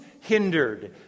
hindered